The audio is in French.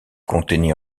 contenir